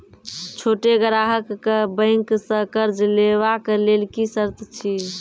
छोट ग्राहक कअ बैंक सऽ कर्ज लेवाक लेल की सर्त अछि?